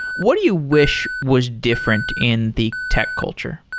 what do you wish was different in the tech culture?